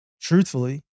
Truthfully